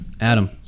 Adam